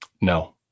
No